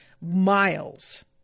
miles